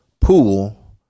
pool